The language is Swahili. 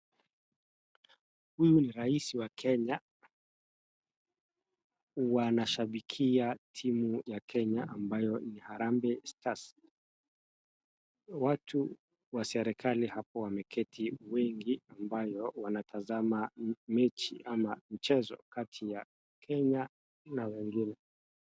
Huyu ni rais wa Kenya. Wanashabikia timu ya Kenya ambayo ni Harambee Stars . Watu wa serikali hapo wameketi wengi ambayo wanatazama mechi ama mchezo kati ya Kenya na wengine.